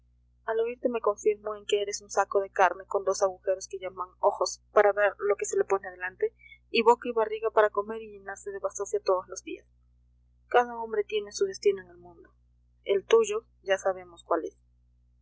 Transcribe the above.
al oírte me confirmo en que eres un saco de carne con dos agujeros que llaman ojos para ver lo que se le pone delante y boca y barriga para comer y llenarse de bazofia todos los días cada hombre tiene su destino en el mundo el tuyo ya sabemos cuál es